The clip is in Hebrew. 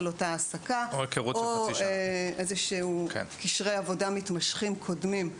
אותה העסקה או קשרי עבודה מתמשכים קודמים.